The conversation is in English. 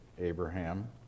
Abraham